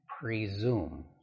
presume